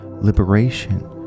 liberation